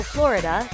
Florida